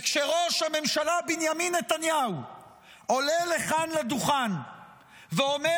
כשראש הממשלה בנימין נתניהו עולה לכאן לדוכן ואומר